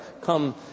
come